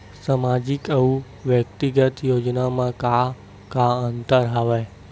सामाजिक अउ व्यक्तिगत योजना म का का अंतर हवय?